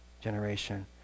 generation